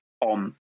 on